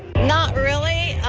not really.